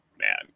Man